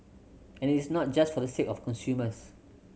and it is not just for the sake of consumers